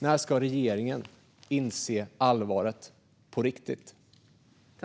När ska regeringen inse allvaret på riktigt, Mikael Damberg?